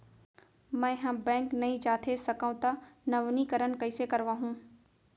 मैं ह बैंक नई जाथे सकंव त नवीनीकरण कइसे करवाहू?